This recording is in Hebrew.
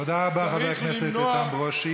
תודה רבה, חבר הכנסת איתן ברושי.